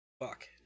Fuck